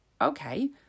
okay